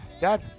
Dad